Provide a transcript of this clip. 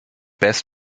best